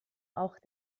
auch